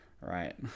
Right